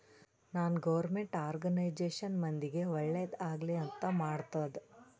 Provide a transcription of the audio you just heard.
ನಾನ್ government organisation ಮಂದಿಗ್ ಒಳ್ಳೇದ್ ಆಗ್ಲಿ ಅಂತ್ ಮಾಡ್ತುದ್